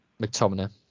McTominay